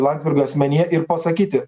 landsbergio asmenyje ir pasakyti